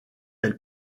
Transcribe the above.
elle